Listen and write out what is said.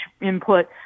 input